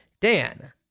Dan